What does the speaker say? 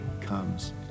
comes